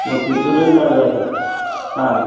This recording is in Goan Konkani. मोती चुरूय लाडू आसा आं